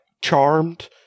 charmed